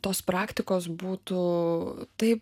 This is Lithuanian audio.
tos praktikos būtų taip